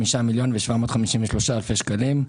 5,753,000 שקלים.